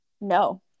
No